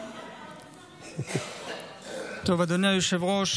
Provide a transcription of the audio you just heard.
אדוני היושב-ראש,